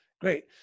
great